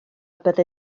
byddi